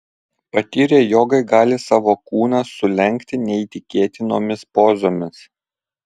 patyrę jogai gali savo kūną sulenkti neįtikėtinomis pozomis